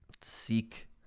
seek